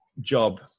job